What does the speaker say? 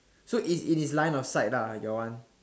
so is in his line of sight lah your one